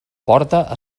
porta